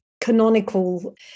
canonical